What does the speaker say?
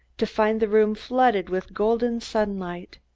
to find the room flooded with golden sunlight.